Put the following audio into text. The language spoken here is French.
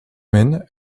men